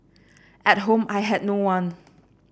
at home I had no one